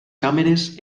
càmeres